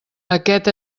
aquest